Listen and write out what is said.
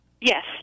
yes